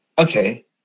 okay